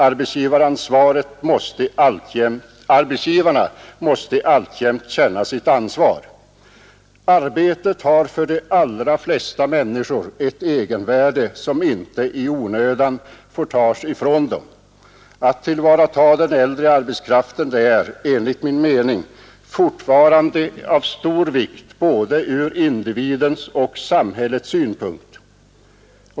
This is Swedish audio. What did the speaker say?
Arbetsgivaren måste alltjämt känna sitt ansvar. Arbetet har för de allra flesta människor ett egenvärde och får inte i onödan tas ifrån dem. Att tillvarata den äldre arbetskraften är enligt min mening fortfarande av stor vikt, från både individens och samhällets synpunkt.